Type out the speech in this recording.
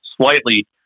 slightly